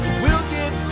we'll get